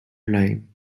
lyme